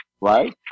right